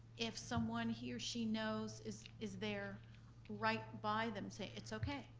if someone he or she knows is is there right by them, say, it's okay,